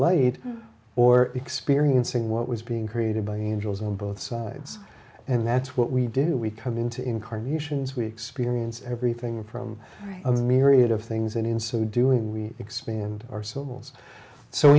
light or experiencing what was being created by angels on both sides and that's what we do we come into incarnations we experience everything from a myriad of things and in so doing we expand our